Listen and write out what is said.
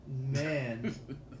Man